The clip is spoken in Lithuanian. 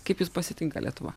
kaip jus pasitinka lietuva